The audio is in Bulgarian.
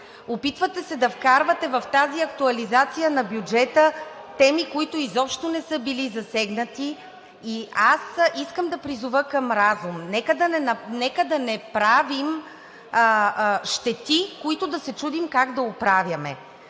опитвате се да вкарвате в тази актуализация на бюджета теми, които изобщо не са били засегнати, и аз искам да призова към разум. Нека да не правим щети, които да се чудим как да оправяме,